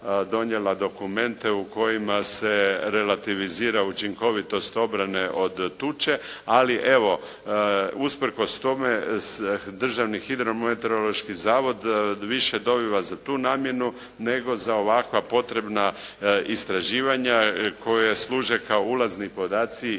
donijela dokumente u kojima se relativizira učinkovitost obrane od tuče, ali evo usprkos tome Državni hidrometeorološki zavod više dobiva za tu namjenu nego za ovakva potrebna istraživanja koja služe kao ulazni podaci i za